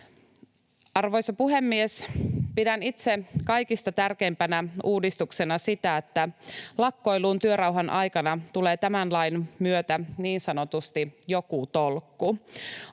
Arvoisa puhemies! Pidän itse kaikista tärkeimpänä uudistuksena sitä, että lakkoiluun työrauhan aikana tulee tämän lain myötä niin sanotusti joku tolkku.